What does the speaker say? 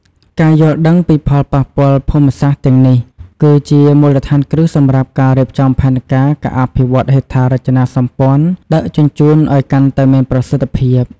ការយល់ដឹងពីផលប៉ះពាល់ភូមិសាស្ត្រទាំងនេះ គឺជាមូលដ្ឋានគ្រឹះសម្រាប់ការរៀបចំផែនការអភិវឌ្ឍន៍ហេដ្ឋារចនាសម្ព័ន្ធដឹកជញ្ជូនឱ្យកាន់តែមានប្រសិទ្ធភាព។